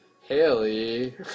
Haley